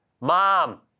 mom